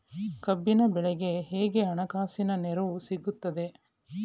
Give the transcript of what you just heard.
ಕಬ್ಬಿನ ಬೆಳೆಗೆ ಹೇಗೆ ಹಣಕಾಸಿನ ನೆರವು ಸಿಗುತ್ತದೆ?